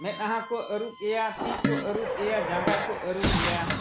ᱢᱮᱫᱦᱟ ᱠᱚ ᱟᱹᱨᱩᱵ ᱮᱭᱟ ᱛᱤᱠᱚ ᱟᱹᱨᱩᱵ ᱮᱭᱟ ᱡᱟᱸᱜᱟ ᱠᱚ ᱟᱹᱨᱩᱵ ᱮᱭᱟ